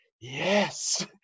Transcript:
yes